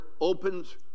opens